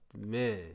Man